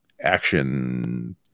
action